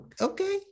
okay